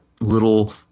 little